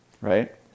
right